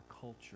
culture